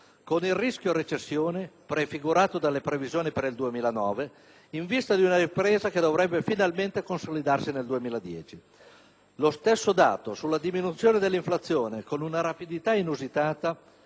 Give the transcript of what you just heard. con il rischio recessione prefigurato dalle previsioni per il 2009 ed in vista di una ripresa che dovrebbe finalmente consolidarsi nel 2010. Lo stesso dato della diminuzione dell'inflazione con una rapidità inusitata,